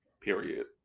period